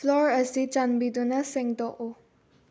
floor ꯑꯁꯤ ꯆꯥꯟꯕꯤꯗꯨꯅ ꯁꯦꯡꯗꯣꯛꯎ